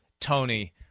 Tony